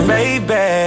Baby